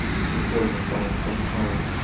recording a song from home.